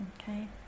okay